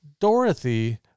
Dorothy